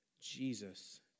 Jesus